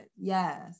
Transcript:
Yes